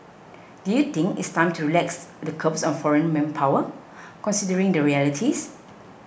do you think it's time to relax the curbs on foreign manpower considering the realities